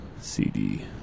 cd